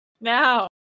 Now